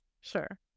Sure